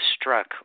struck